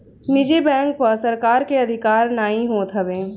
निजी बैंक पअ सरकार के अधिकार नाइ होत हवे